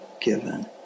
given